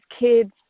kids